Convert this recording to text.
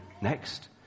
next